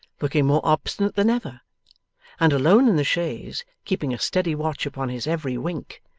looking more obstinate than ever and alone in the chaise, keeping a steady watch upon his every wink,